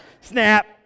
Snap